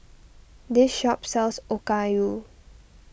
this shop sells Okayu